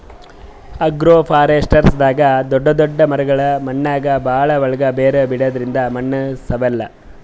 ಅಗ್ರೋಫಾರೆಸ್ಟ್ರಿದಾಗ್ ದೊಡ್ಡ್ ದೊಡ್ಡ್ ಮರಗೊಳ್ ಮಣ್ಣಾಗ್ ಭಾಳ್ ಒಳ್ಗ್ ಬೇರ್ ಬಿಡದ್ರಿಂದ್ ಮಣ್ಣ್ ಸವೆಲ್ಲಾ